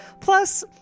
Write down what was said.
Plus